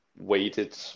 weighted